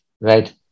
right